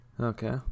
Okay